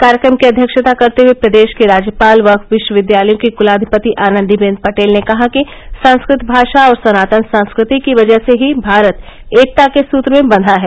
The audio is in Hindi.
कार्यक्रम की अध्यक्षता करते हुए प्रदेश की राज्यपाल व विश्वविद्यालयों की कुलाधिपति आनंदीबेन पटेल ने कहा कि संस्कृत भाषा और सनातन संस्कृति की वजह से ही भारत एकता के सूत्र में बंधा है